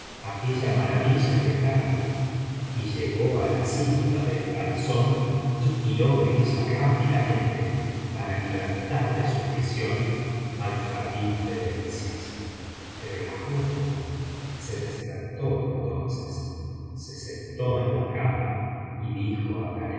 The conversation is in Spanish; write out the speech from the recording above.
aquella maravilla de carne y llegó á la cinta del calzón y tiró de ella rápidamente para libertar de su prisión al jardín de delicias pero la joven se despertó entonces se sentó en la cama y dijo